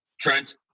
Trent